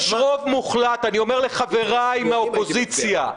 אני אומר לחבריי מהאופוזיציה,